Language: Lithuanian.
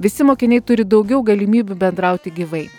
visi mokiniai turi daugiau galimybių bendrauti gyvai